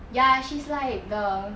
ya she's like the